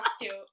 cute